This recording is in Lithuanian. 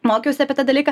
mokiausi apie tą dalyką